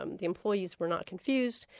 um the employees were not confused,